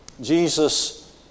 Jesus